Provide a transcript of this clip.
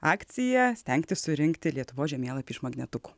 akciją stengtis surinkti lietuvos žemėlapį iš magnetukų